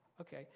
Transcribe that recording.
okay